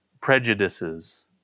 prejudices